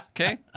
Okay